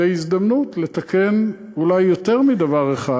זו הזדמנות לתקן אולי יותר מדבר אחד.